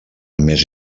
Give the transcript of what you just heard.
més